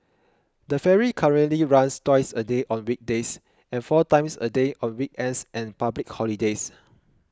the ferry currently runs twice a day on weekdays and four times a day on weekends and public holidays